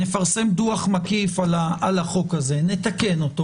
נפרסם דוח מקיף על החוק הזה, נתקן אותו.